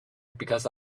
because